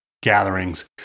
gatherings